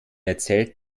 erzählt